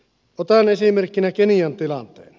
otan esimerkkinä kenian tilanteen